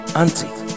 auntie